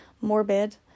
morbid